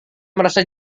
merasa